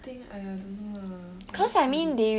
I think !aiya! I don't know lah I just say already